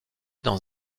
dans